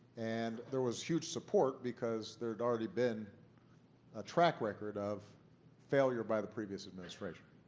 and there was huge support because there had already been a track record of failure by the previous administration.